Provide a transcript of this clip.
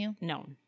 no